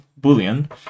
Boolean